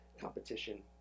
competition